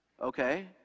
Okay